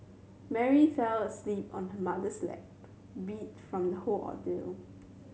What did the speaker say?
Mary fell asleep on her mother's lap beat from the whole ordeal